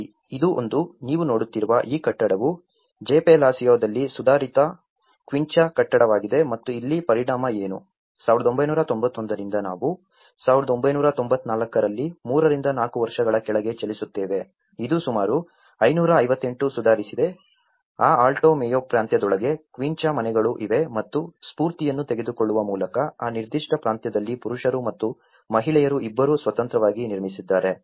ನೋಡಿ ಇದು ಒಂದು ನೀವು ನೋಡುತ್ತಿರುವ ಈ ಕಟ್ಟಡವು ಜೆಪೆಲಾಸಿಯೊದಲ್ಲಿ ಸುಧಾರಿತ ಕ್ವಿಂಚಾ ಕಟ್ಟಡವಾಗಿದೆ ಮತ್ತು ಇಲ್ಲಿ ಪರಿಣಾಮ ಏನು 1991 ರಿಂದ ನಾವು 1994 ರಲ್ಲಿ 3 ರಿಂದ 4 ವರ್ಷಗಳ ಕೆಳಗೆ ಚಲಿಸುತ್ತೇವೆ ಇದು ಸುಮಾರು 558 ಸುಧಾರಿಸಿದೆ ಆ ಆಲ್ಟೊ ಮೇಯೊ ಪ್ರಾಂತ್ಯದೊಳಗೆ ಕ್ವಿಂಚಾ ಮನೆಗಳು ಇವೆ ಮತ್ತು ಸ್ಫೂರ್ತಿಯನ್ನು ತೆಗೆದುಕೊಳ್ಳುವ ಮೂಲಕ ಆ ನಿರ್ದಿಷ್ಟ ಪ್ರಾಂತ್ಯದಲ್ಲಿ ಪುರುಷರು ಮತ್ತು ಮಹಿಳೆಯರು ಇಬ್ಬರೂ ಸ್ವತಂತ್ರವಾಗಿ ನಿರ್ಮಿಸಿದ್ದಾರೆ